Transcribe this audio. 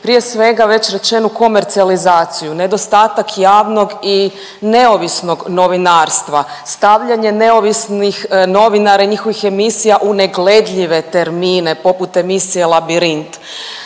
Prije svega već rečenu komercijalizaciju, nedostatak javnog i neovisnog novinarstva, stavljanje neovisnih novinara i njihovih emisija u ne gledljive termine poput emisije Labirint,